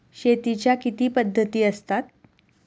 शेतीच्या किती पद्धती असतात?